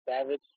Savage